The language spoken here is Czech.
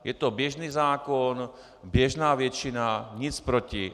Je to běžný zákon, běžná většina, nic proti.